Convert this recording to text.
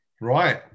Right